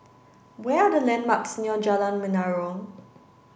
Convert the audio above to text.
we are the landmarks near Jalan Menarong